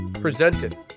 presented